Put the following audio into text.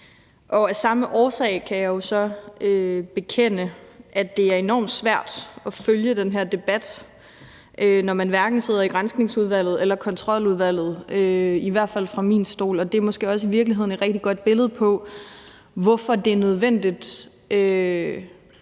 Af samme årsag kan jeg jo så bekende, at det er enormt svært at følge den her debat, når man hverken sidder i Granskningsudvalget eller Kontroludvalget, i hvert fald fra min stol. Det er måske i virkeligheden også et rigtig godt billede på, hvorfor det er nødvendigt